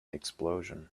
explosion